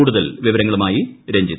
കൂടുതൽ വിവരങ്ങ്ളുമായി രഞ്ജിത്